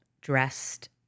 dressed